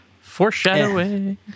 Foreshadowing